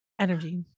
energy